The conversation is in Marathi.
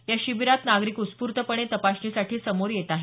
या शिबिरात नागरिक उत्स्फूर्तपणे तपासणीसाठी समोर येत आहेत